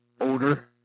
older